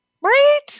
right